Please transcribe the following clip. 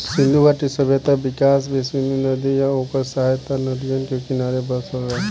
सिंधु घाटी सभ्यता के विकास भी सिंधु नदी आ ओकर सहायक नदियन के किनारे बसल रहे